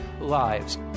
lives